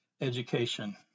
Education